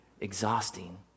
exhausting